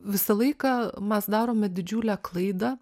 visą laiką mes darome didžiulę klaidą